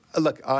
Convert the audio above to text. look